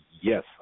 yes